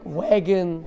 wagon